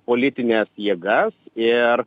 politines jėgas ir